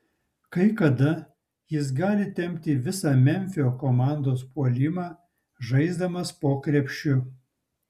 kai kada jis gali tempti visą memfio komandos puolimą žaisdamas po krepšiu